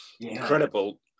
incredible